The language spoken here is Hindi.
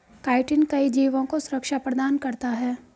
काईटिन कई जीवों को सुरक्षा प्रदान करता है